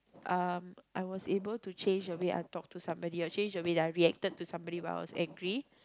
um I was able to change the way I talk to somebody or change the way I reacted to somebody while I was angry